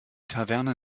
taverne